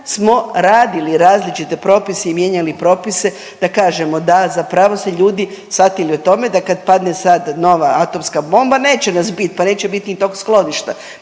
smo radili različite propise i mijenjali propise da kažemo da zapravo su ljudi shvatili o tome da kad padne sad nova atomska bomba neće nas biti pa neće biti ni tog skloništa,